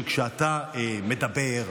שכשאתה מדבר,